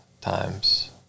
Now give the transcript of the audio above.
times